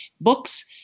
books